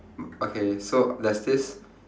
okay so there's this